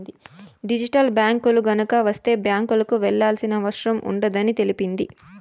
digital బ్యాంకులు గనక వత్తే బ్యాంకులకు వెళ్లాల్సిన అవసరం ఉండదని తెలిపింది